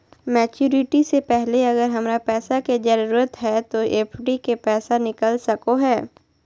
Maturity से पहले अगर हमरा पैसा के जरूरत है तो एफडी के पैसा निकल सको है?